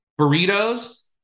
burritos